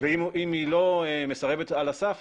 ואם היא לא מסרבת על הסף,